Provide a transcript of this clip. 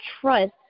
trust